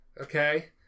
Okay